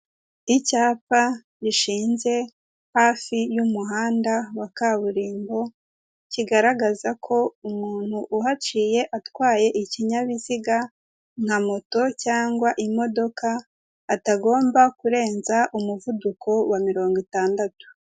Icyapa gishinze hafi y'umuhanda wa kaburimbo, kigaragaza ko umuntu uhaciye atwaye ikinyabiziga, nka moto cyangwa imodoka, atagomba kurenza umuvuduko wa mirongo itandatu.